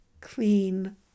clean